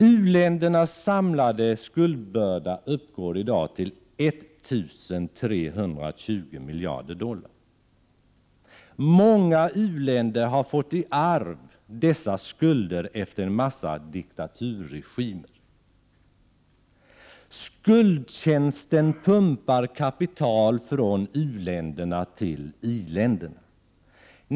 U-ländernas samlade skuldbörda uppgår i dag till 1 320 miljarder dollar. Många u-länder har fått dessa skulder i arv efter en massa diktaturregimer. Skuldtjänsten pumpar kapital från u-länderna till i-länderna.